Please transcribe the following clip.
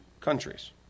countries